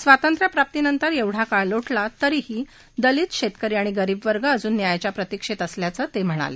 स्वातंत्र्यप्राप्तीनंतर एवढा काळ लोटला तरीही दलित शेतकरी आणि गरीब वर्ग अजून न्यायाच्या प्रतिक्षेत असल्याचं ते म्हणाले